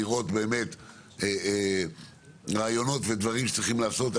לראות רעיונות ודברים שצריך לעשות.